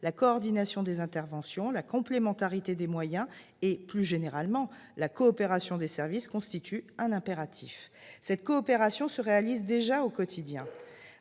la coordination des interventions, la complémentarité des moyens et, plus généralement, la coopération des services constituent un impératif. Cette coopération se réalise déjà au quotidien,